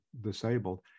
disabled